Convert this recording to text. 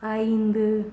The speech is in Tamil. ஐந்து